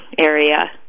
area